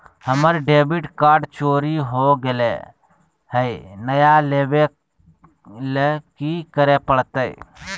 हमर debit card चोरी हो गेले हई, नया लेवे ल की करे पड़तई?